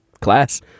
Class